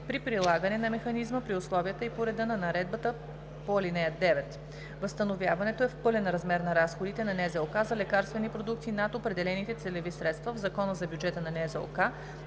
при прилагане на механизма, при условията и по реда на наредбата по ал. 9. Възстановяването е в пълен размер на разходите на НЗОК за лекарствени продукти над определените целеви средства в Закона за бюджета на НЗОК за